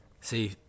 See